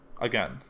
again